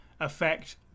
affect